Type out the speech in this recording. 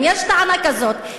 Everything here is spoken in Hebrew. אם יש טענה כזאת,